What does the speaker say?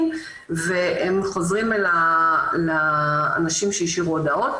והם חוזרים אל האנשים שהשאירו הודעות.